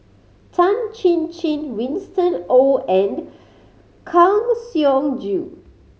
Tan Chin Chin Winston Oh and Kang Siong Joo